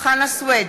חנא סוייד,